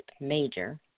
Major